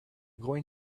going